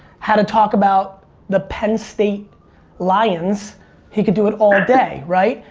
had to talk about the penn state lions he could do it all ah day, right?